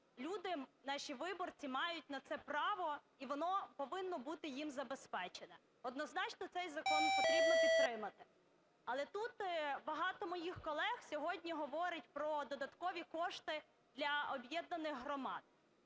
люди, наші виборці мають на це право і воно повинно бути їм забезпечене. Однозначно цей закон потрібно підтримати. Але тут багато моїх колег сьогодні говорять про додаткові кошти для об'єднаних громад.